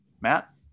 Matt